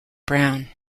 brown